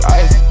ice